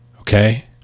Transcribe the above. Okay